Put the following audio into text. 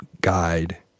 guide